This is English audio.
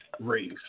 Race